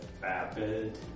vapid